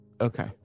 Okay